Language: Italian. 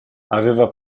aveva